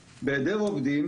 בעיה ראשונה, היא שבהיעדר עובדים,